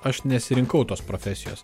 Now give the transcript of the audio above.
aš nesirinkau tos profesijos